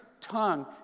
tongue